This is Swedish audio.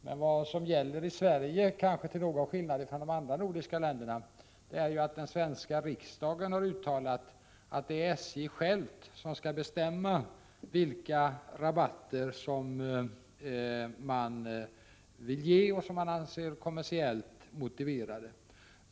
Men i Sverige — kanske till skillnad mot andra nordiska länder — gäller att den svenska riksdagen har uttalat att det är SJ självt som skall bestämma vilka rabatter som man vill ge och som man anser kommersiellt motiverade.